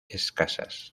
escasas